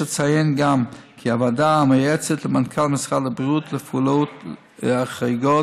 יש לציין גם כי הוועדה המייעצת למנכ"ל משרד הבריאות לפעולות חריגות,